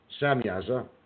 Samyaza